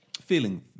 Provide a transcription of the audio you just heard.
feeling